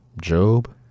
Job